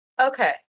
Okay